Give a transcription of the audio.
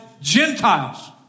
Gentiles